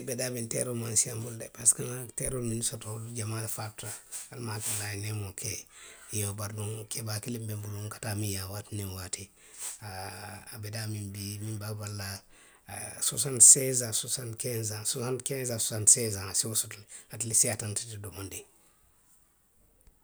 Nbe daamiŋ teeroolu maŋ siiyaa nbulu, parisiko nŋa teeroolu minnu soto, jamaa le faata, alamaa, ala ye neemoo ke i ye. Iyoo, bari duŋ keebaa kiliŋ be nbulu nka taa miŋ yaa waati niŋ waati a, aa a be daamiŋ bii miŋ be a bali la aa sosanti seesaŋ, sosanti kensaŋ, sosanti kensaŋ, sosanti seesaŋ a se wo soto. Ate le siiyaata nte ti domondiŋ ŋ. ň